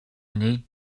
need